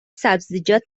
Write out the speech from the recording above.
سبزیجات